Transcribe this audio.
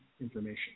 information